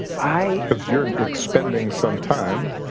i cause you're and expending some time